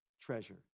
treasure